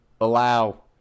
allow